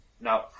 No